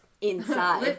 inside